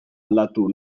aldatu